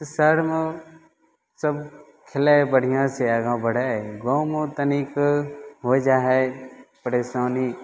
शहरमे सब खेलय बढ़िआँसँ आगा बढ़य गाँवमे तनिक होइ जा है परेशानी